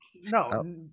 No